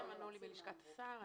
טרם ענו לי בלשכת השר.